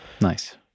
Nice